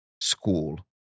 school